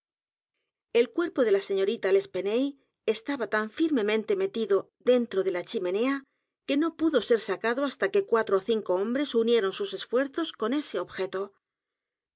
el cuerpo de la señorita l'espanaye estaba tan firmemente metido dentro de la chimenea que no pudo ser sacado hasta que cuatro ó cinco hombres unieron sus esfuerzos con ese objeto